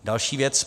Další věc.